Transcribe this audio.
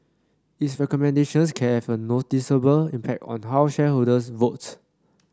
its recommendations can have a noticeable impact on how shareholders votes